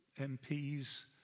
MPs